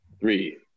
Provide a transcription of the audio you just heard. Three